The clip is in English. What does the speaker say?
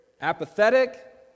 apathetic